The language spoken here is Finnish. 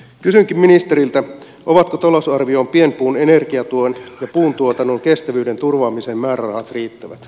kysynkin ministeriltä ovatko talousarviossa pienpuun energiatuen ja puuntuotannon kestävyyden turvaamisen määrärahat riittävät